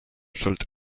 should